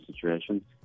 situation